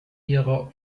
ihrer